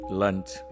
lunch